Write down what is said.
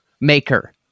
maker